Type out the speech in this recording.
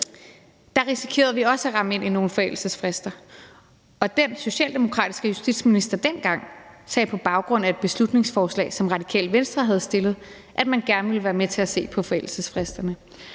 også risikerede at ramme ind i nogle forældelsesfrister. Og den socialdemokratiske justitsminister sagde dengang på baggrund af et beslutningsforslag, som Radikale Venstre havde fremsat, at man gerne ville være med til at se på forældelsesfristerne.